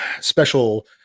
special